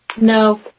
no